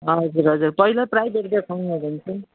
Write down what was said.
हजुर हजुर पहिला